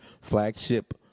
flagship